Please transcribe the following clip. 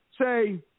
Say